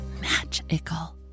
magical